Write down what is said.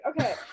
Okay